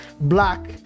black